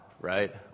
right